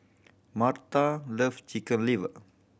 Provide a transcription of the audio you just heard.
Myrta love Chicken Liver